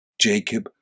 Jacob